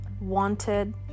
wanted